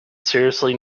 seriously